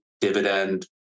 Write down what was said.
dividend